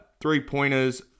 three-pointers